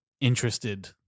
Interested